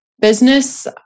business